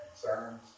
concerns